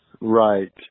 Right